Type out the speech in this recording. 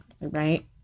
Right